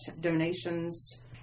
donations